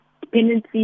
dependency